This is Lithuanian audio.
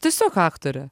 tiesiog aktorė